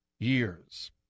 years